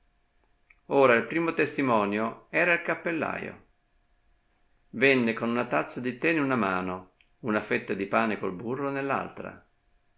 ora il primo testimonio era il cappellaio venne con una tazza di tè in una mano una fetta di pane col burro nell'altra